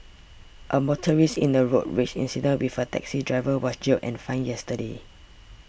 a motorist in a road rage incident with a taxi driver was jailed and fined yesterday